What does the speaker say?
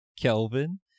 Kelvin